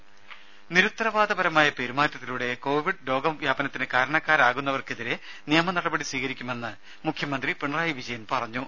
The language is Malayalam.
രെര നിരുത്തരവാദപരമായ പെരുമാറ്റത്തിലൂടെ കോവിഡ് രോഗ വ്യാപനത്തിന് കാരണക്കാരാകുന്നവർക്കെതിരെ നിയമ നടപടി സ്വീകരിക്കുമെന്ന് മുഖ്യമന്ത്രി പിണറായി വിജയൻ പറഞ്ഞു